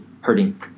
hurting